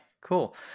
cool